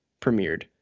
premiered